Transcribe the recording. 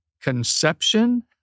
conception